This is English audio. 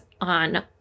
on